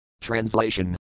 Translation